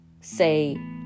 say